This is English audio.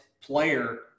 player